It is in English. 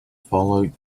follow